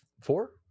Four